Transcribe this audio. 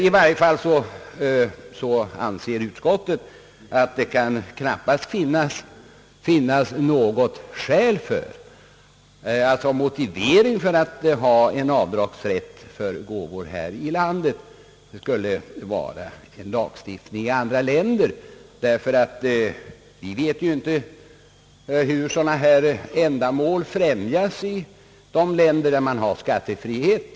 I varje fall anser utskottet att det knappast kan finnas något skäl att som motivering för avdragsrätt för gåvor här i landet hänvisa till lagstiftning i andra länder. Vi vet ju inte hur sådana här ändamål främjas i de länder där man har skattefrihet.